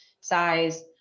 size